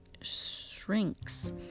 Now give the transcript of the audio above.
shrinks